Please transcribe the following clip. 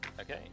Okay